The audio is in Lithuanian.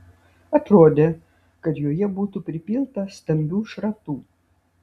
atrodė kad joje būtų pripilta stambių šratų